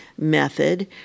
method